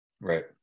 Right